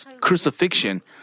crucifixion